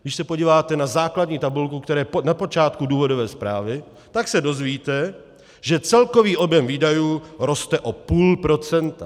Když se podíváte na základní tabulku na počátku důvodové zprávy, tak se dozvíte, že celkový objem výdajů roste o půl procenta.